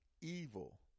evil